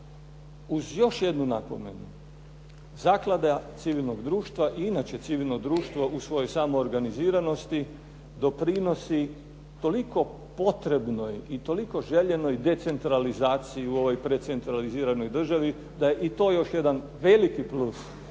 Uz još jednu napomenu, zaklada civilnog društva i inače civilno društvo u svojoj samoorganiziranosti doprinosi toliko potrebnoj i toliko željenoj decentralizaciji u ovoj precentraliziranoj državi, da je i to još jedan veliki plus